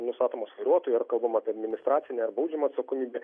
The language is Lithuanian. nustatomas vairuotojui ar kalbama apie administracinę ar baužiamą atsakomybę